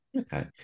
Okay